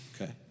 Okay